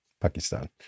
Pakistan